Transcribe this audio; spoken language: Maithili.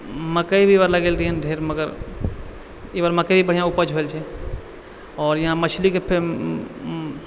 मकइ भी ई बार लगेलिए ढेर मगर ई बार मकइ बढ़िआँ उपज भेल छै आओर यहाँ मछलीके